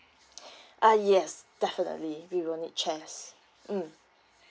ah yes definitely we will need chairs mm